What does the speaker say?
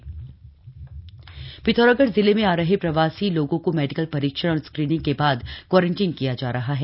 Pithoragarh covid Pithoragarh जिले में आ रहे प्रवासी लोगों को मेडिकल परीक्षण और स्क्रीनिंग के बाद क्वारंटीन किया जा रहा है